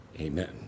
Amen